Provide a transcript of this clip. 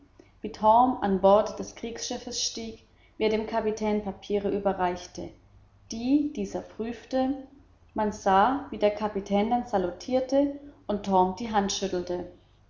an bord des kriegsschiffes stieg wie er dem kapitän papiere überreichte die dieser prüfte man sah wie der kapitän dann salutierte und torm die hand schüttelte